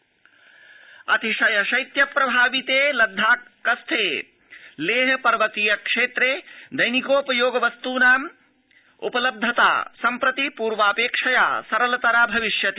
लेह अतिशय शैत्य प्रभाविते लद्दाखस्थे लेह पर्वतीयक्षेत्रे दैनिकोपयोगिवस्त्रनाम् उपलब्धता सम्प्रति पूर्वपिक्षया सरला भविष्यति